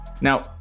Now